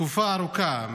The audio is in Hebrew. תקופה ארוכה,